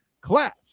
Class